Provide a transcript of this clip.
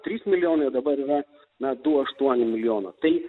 trys milijonai o dabar yra na du aštuoni milijono tai